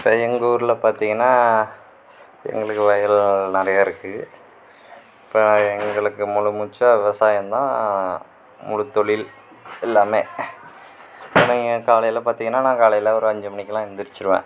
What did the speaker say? இப்போ எங்கள் ஊரில் பாத்திங்கன்னா எங்களுக்கு வயல் நிறையா இருக்குது இப்போ எங்களுக்கு முழு மூச்சாக விவசாயந்தான் முழு தொழில் எல்லாமே இன்றைக்கு காலையில் பார்த்திங்கன்னா நான் காலையில் ஒரு அஞ்சு மணிக்குலாம் எழுந்துரிச்சிருவேன்